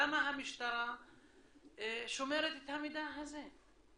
למה המשטרה שומרת את המידע הזה?